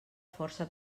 força